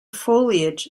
foliage